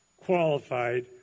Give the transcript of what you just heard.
qualified